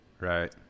Right